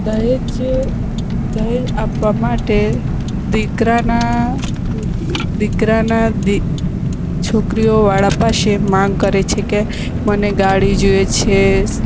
દહેજ દહેજ આપવા માટે દીકરાના દીકરાના દી છોકરીઓવાળા પાસે માંગ કરે છે કે મને ગાડી જોઈએ છે